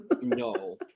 No